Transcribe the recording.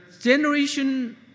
generation